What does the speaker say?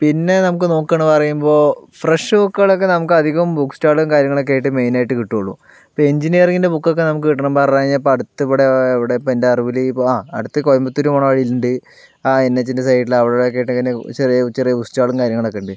പിന്നെ നമുക്ക് നോക്കുകയാണ് പറയുമ്പോൾ ഫ്രെഷ് ബുക്കുകളൊക്കെ നമുക്ക് അധികം ബുക്ക് സ്റ്റാളിൽ കാര്യങ്ങളൊക്കെ ആയിട്ട് മെയിനായിട്ട് കിട്ടുള്ളൂ ഇപ്പോൾ എൻജിനീയറിങ്ങിൻ്റെ ബുക്ക് ഒക്കെ നമുക്ക് കിട്ടണം പറഞ്ഞ് കഴിഞ്ഞാൽ ഇപ്പോൾ അടുത്ത് ഇവിടെ എവിടെയാണ് ഇപ്പോൾ എൻ്റെ അറിവിൽ ഇപ്പോൾ ആ അടുത്ത് കോയമ്പത്തൂർ പോകണ വഴിയിൽ ഉണ്ട് ആ എൻ എച്ച്ൻ്റെ സൈഡിൽ അവിടെ ഇവിടെയൊക്കെ ആയിട്ട് ഇങ്ങനെ ചെറിയ ചെറിയ ബുക്ക് സ്റ്റാളും കാര്യങ്ങളൊക്കെ ഉണ്ട്